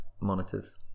monitors